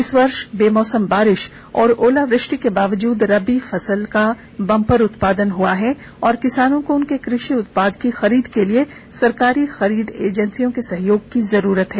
इस वर्ष बेमौसम बारिश और ओलावृष्टि के बावजूद रबी फसल का बंपर उत्पादन हुआ है और किसानों को उनके कृषि उत्पाद की खरीद के लिए सरकारी खरीद एजेंसियों के सहयोग की जरूरत है